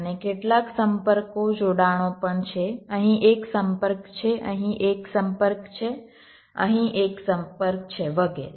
અને કેટલાક સંપર્કો જોડાણો પણ છે અહીં એક સંપર્ક છે અહીં એક સંપર્ક છે અહીં એક સંપર્ક છે વગેરે